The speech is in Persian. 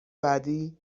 بعدی